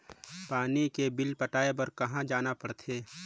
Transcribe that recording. पानी के बिल पटाय बार कहा जाना पड़थे?